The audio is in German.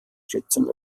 schätzung